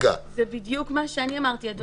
זה בדיוק מה שאמרתי, אדוני.